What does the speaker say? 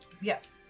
Yes